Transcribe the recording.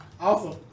Awesome